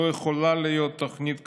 לא יכולה להיות תוכנית כזאת,